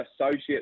associate